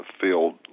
field